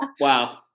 wow